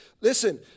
Listen